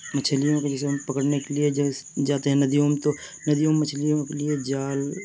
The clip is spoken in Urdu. مچھلیوں کے جیسے ہم پکڑنے کے لیے جیس جاتے ہیں ندیوں میں تو ندیوں میں مچھلیوں کے لیے جال